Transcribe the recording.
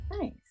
Nice